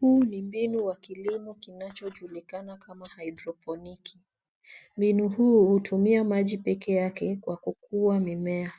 Huu ni mbinu wa kilimo kinachojulikana kama haidroponiki. Mbinu huu hutumia maji peke yake kwa kukua mimea.